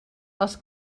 els